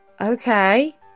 Okay